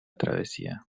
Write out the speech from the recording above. travesía